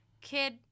Kid